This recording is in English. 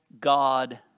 God